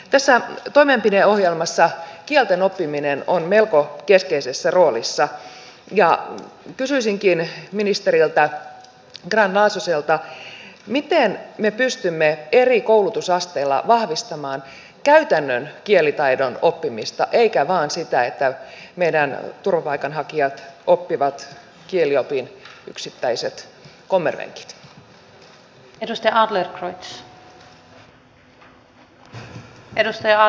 tässä toimenpideohjelmassa kielten oppiminen on melko keskeisessä roolissa ja kysyisinkin ministeri grahn laasoselta miten me pystymme eri koulutusasteilla vahvistamaan käytännön kielitaidon oppimista eikä vain sitä että meidän turvapaikanhakijamme oppivat kieliopin yksittäiset kommervenkit